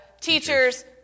teachers